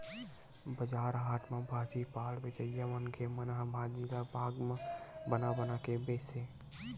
बजार हाट म भाजी पाला बेचइया मनखे मन ह भाजी ल भाग म बना बना के बेचथे